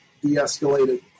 de-escalated